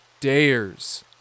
dares